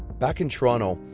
back in toronto,